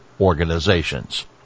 organizations